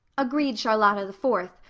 agreed charlotta the fourth,